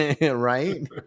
Right